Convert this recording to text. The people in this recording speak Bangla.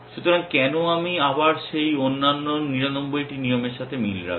সুতরাং কেন আমি আবার সেই অন্যান্য 99টি নিয়মের সাথে মিল রাখব